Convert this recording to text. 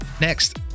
Next